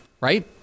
right